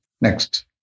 Next